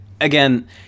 again